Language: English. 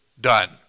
done